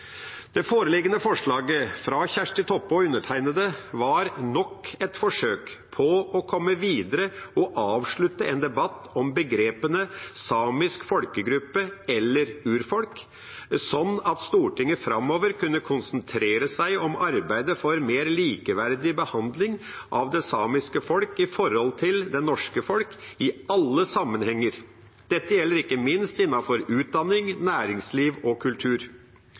Det foreliggende forslaget, fra Kjersti Toppe og undertegnede, var nok et forsøk på å komme videre og avslutte en debatt om begrepene samisk folkegruppe eller urfolk, sånn at Stortinget framover kunne konsentrere seg om arbeidet for mer likeverdig behandling av det samiske folket i forhold til det norske folket, i alle sammenhenger. Dette gjelder ikke minst innenfor utdanning, næringsliv og kultur.